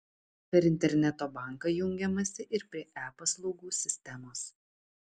per interneto banką jungiamasi ir prie e paslaugų sistemos